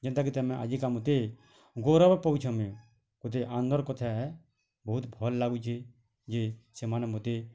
ଯେନ୍ତା କି ତମେ ଆଜି କା ମତେ ଗୌରବ ପଉଛୁଁ ଆମେ କତେ ଆନନ୍ଦର କଥା ହେ ବହୁତ ଭଲ୍ ଲାଗୁଛି ଯେ ସେମାନେ ମୋତେ